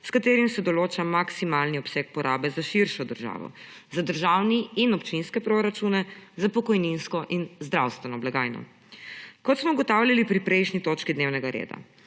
s katerim se določa maksimalni obseg porabe za širšo državo, za državne in občinske proračune, za pokojninsko in zdravstveno blagajno. Kot smo ugotavljali pri prejšnji točki dnevnega reda,